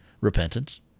repentance